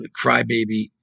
crybaby